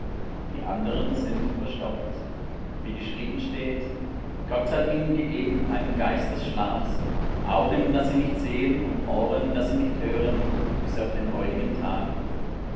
die andern sind verstockt wie geschrieben steht gott hat ihnen gegeben eine geist des schlafs augen daß sie nicht sehen und ohren daß sie nicht hören bis auf den heutigen tag